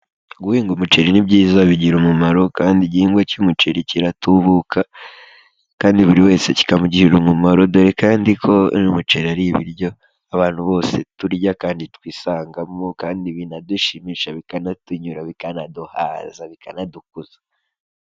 Guhinga umuceri ni byiza bigira umumaro, kandi igihingwa cy'umuceri kiratubuka, kandi buri wese kikamugirira umumaro, dore kandi ko umuceri ari ibiryo abantu bose turya kandi twisangamo, kandi binadushimisha, bikanatunyura, bikanaduhaza, bikanadukuza.